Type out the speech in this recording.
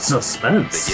Suspense